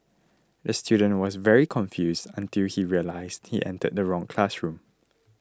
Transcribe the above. the student was very confused until he realised he entered the wrong classroom